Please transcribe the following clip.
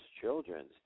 children's